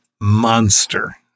Monster